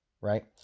right